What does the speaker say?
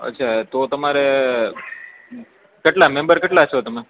અચ્છા તો તમરે કેટલા મેમ્બર કેટલા છો તમે